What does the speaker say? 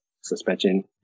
suspension